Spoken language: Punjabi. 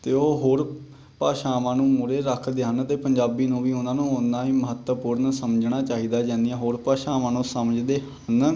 ਅਤੇ ਉਹ ਹੋਰ ਭਾਸ਼ਾਵਾਂ ਨੂੰ ਮੂਹਰੇ ਰੱਖਦੇ ਹਨ ਅਤੇ ਪੰਜਾਬੀ ਨੂੰ ਵੀ ਉਹਨਾਂ ਨੂੰ ਉਨ੍ਹਾਂ ਹੀ ਮਹੱਤਵਪੂਰਨ ਸਮਝਣਾ ਚਾਹੀਦਾ ਜਿੰਨੀਆਂ ਹੋਰ ਭਾਸ਼ਾਵਾਂ ਨੂੰ ਸਮਝਦੇ ਹਨ